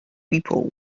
people